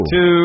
Two